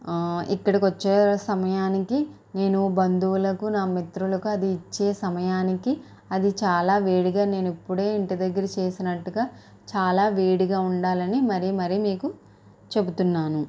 ఆ ఇక్కడికి వచ్చే సమయానికి నేను బంధువులకు నా మిత్రులకు అది ఇచ్చే సమయానికి అదిచాలా వేడిగా నేను ఇప్పుడే ఇంటిదగ్గర చేసినట్టుగా చాలా వేడిగా ఉండాలని మరీమరీ మీకు చెబుతున్నాను